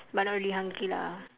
but not really hungry lah